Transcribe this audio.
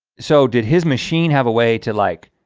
so did his machine have a way to like,